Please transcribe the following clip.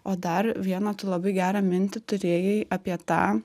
o dar vieną tu labai gerą mintį turėjai apie tą